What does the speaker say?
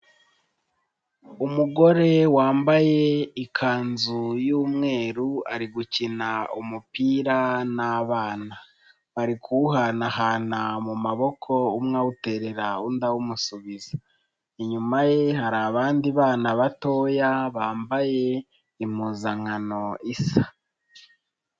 Umugore wambaye ikanzu y'umweru ari gukina umupira n'abana, bari kuwuhanahana mu maboko umwe awuterera undi awumusubiza, inyuma ye hari abandi bana batoya bambaye impuzankano isa.